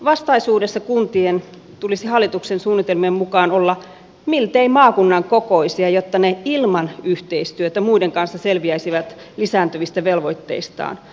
vastaisuudessa kuntien tulisi hallituksen suunnitelmien mukaan olla miltei maakunnan kokoisia jotta ne ilman yhteistyötä muiden kanssa selviäisivät lisääntyvistä velvoitteistaan